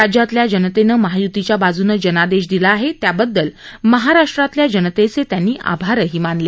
राज्यातल्या जनतेनं महाय्तीच्या बाजूनं जनादेश दिला आहे त्या बद्दल महाराष्ट्रातल्या जनतेचे त्यांनी आभारही मानले